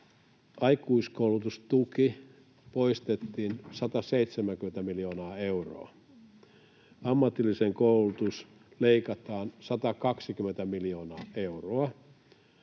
aikuiskoulutustuki poistettiin, 170 miljoonaa euroa, ammatillisesta koulutuksesta leikataan 120 miljoonaa euroa